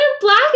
Black